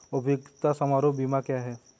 उपयोगिता समारोह बीमा क्या है?